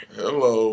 hello